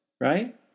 Right